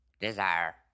desire